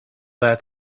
that